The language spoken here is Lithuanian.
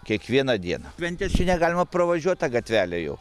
kiekvieną dieną ventės čia negalima pravažiuot ta gatvele jau